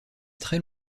très